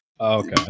Okay